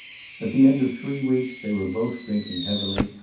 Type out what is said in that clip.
at the end of three weeks they were both drinking heavily,